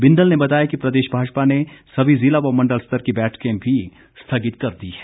बिंदल ने बताया कि प्रदेश भाजपा ने सभी ज़िला व मंडल स्तर की बैठकें भी स्थगित कर दी है